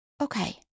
okay